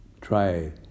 Try